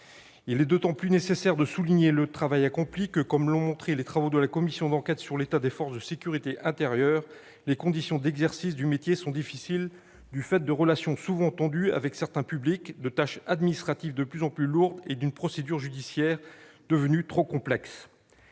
Il est d'autant plus nécessaire de souligner le travail accompli que, comme l'ont montré les travaux de la commission d'enquête sur l'état des forces de sécurité intérieure, les conditions d'exercice du métier sont difficiles, du fait de relations souvent tendues avec certains publics, de tâches administratives de plus en plus lourdes et d'une procédure judiciaire devenue trop complexe.